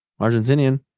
Argentinian